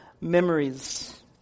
memories